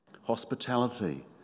Hospitality